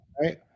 Right